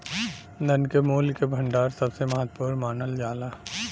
धन के मूल्य के भंडार सबसे महत्वपूर्ण मानल जाला